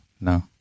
no